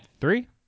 Three